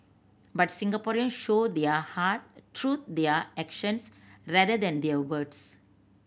but Singaporeans show their heart through their actions rather than their words